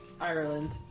Ireland